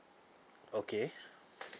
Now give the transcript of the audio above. okay